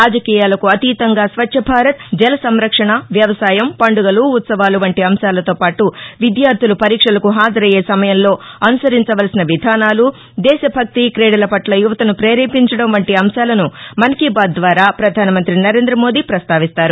రాజకీయాలకు అతీతంగా స్వచ్ఛ భారత్ జల సంరక్షణ వ్యవసాయం పండుగలు ఉత్సవాలు వంటీ అంశాలతోపాటు విద్యార్దులు పరీక్షలకు హాజరయ్యే సమయంలో అనుసరించవలసిన విధానాలు దేశ భక్తి క్రీడల పట్ల యువతను ద్రేరేపించడం వంటి అంశాలను మన్ కి బాత్ ద్వారా ప్రధాన మంత్రి సరేంద్ర మోదీ ప్రస్తావిస్తారు